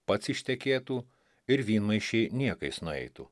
pats ištekėtų ir vynmaišiai niekais nueitų